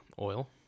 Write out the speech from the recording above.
Oil